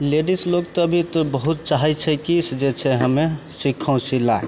ladies लोक तऽ भी बहुत चाहै छै कि जे हमे सिखहुँ सिलाइ